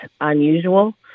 unusual